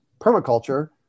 permaculture